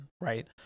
Right